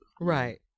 Right